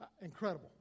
Incredible